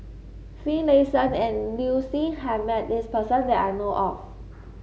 Finlayson and Liu Si has met this person that I know of